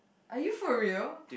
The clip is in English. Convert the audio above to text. are you for real